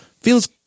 feels